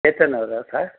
ಚೇತನ್ ಅವರಾ ಸರ್